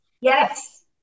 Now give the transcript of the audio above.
Yes